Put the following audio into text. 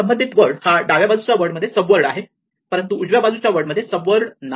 संबंधित वर्ड हा डाव्या बाजूच्या वर्ड मध्ये सब वर्ड आहे परंतु उजव्या बाजूच्या वर्ड मध्ये सब वर्ड नाही